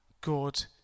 God